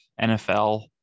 NFL